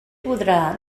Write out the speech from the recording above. podrà